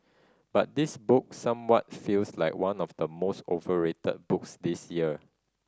but this book somewhat feels like one of the most overrated books this year